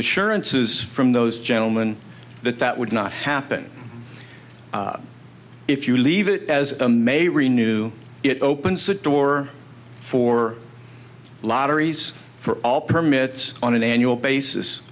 assurances from those gentleman that that would not happen if you leave it as a may renu it opens the door for lotteries for all permits on an annual basis